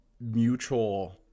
mutual